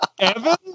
Evan